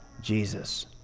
Jesus